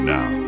Now